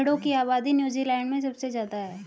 भेड़ों की आबादी नूज़ीलैण्ड में सबसे ज्यादा है